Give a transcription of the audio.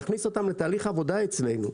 להכניס אותם לתהליך עבודה אצלנו.